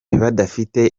badafite